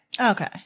okay